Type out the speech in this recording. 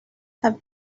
have